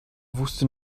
wusste